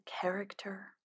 character